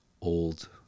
old